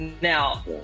Now